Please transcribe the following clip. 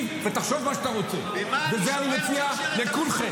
אני לא הייתי רמטכ"ל,